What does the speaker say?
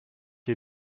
you